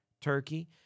turkey